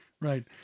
Right